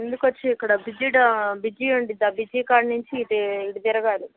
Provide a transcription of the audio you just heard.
ముందుకు వచ్చి ఇక్కడ బ్రిడ్జి బ్రిడ్జి ఉందిగా బ్రిడ్జి కాడ నుం చి ఇది ఇటు తిరగాలి